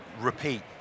repeat